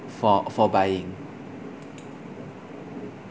for for buying